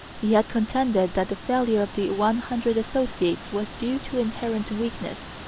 he had contended that the failure of the one hundred associates was due to inherent weakness.